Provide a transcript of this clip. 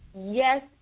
Yes